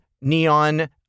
neon